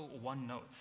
one-note